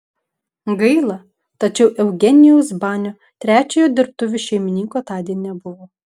gaila tačiau eugenijaus banio trečiojo dirbtuvių šeimininko tądien nebuvo